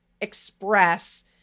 express